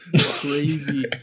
crazy